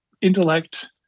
intellect